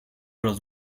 los